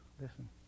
listen